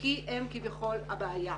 כי הם כביכול הבעיה.